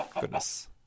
Goodness